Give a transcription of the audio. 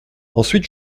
ensuite